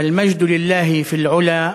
"אל-מג'ד ללּה פי אל-עלא,